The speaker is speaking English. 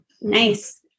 Nice